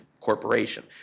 corporation